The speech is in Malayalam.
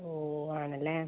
ഓ ആണല്ലേ